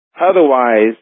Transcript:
Otherwise